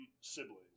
siblings